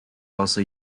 also